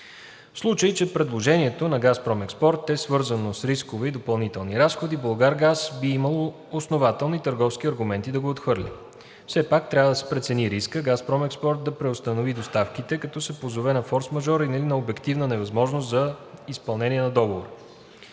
В случай че предложението на „Газпром Експорт“ е свързано с рискове и допълнителни разходи, „Булгаргаз“ би имало основателни търговски аргументи да го отхвърли. Все пак трябва да се прецени рискът „Газпром Експорт“ да преустанови доставките, като се позове на форсмажор или на обективна невъзможност за изпълнение на Договора.